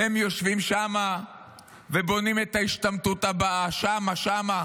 הם יושבים שם ובונים את ההשתמטות הבאה, שם, שם.